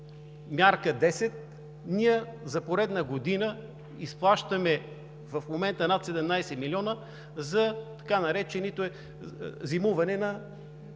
Мярка 10, ние за поредна година изплащаме в момента над 17 милиона за така нареченото зимуване на